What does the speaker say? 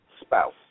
spouse